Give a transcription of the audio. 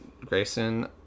Grayson